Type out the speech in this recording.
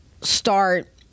start